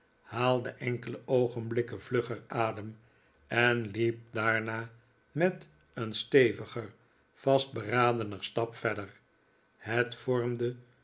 haalde enkele oogenblikken vlugger adem en liep daarna met een steviger en vastberadener stap verder het vormde